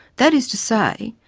that is to say,